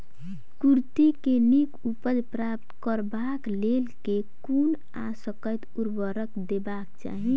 कुर्थी केँ नीक उपज प्राप्त करबाक लेल केँ कुन आ कतेक उर्वरक देबाक चाहि?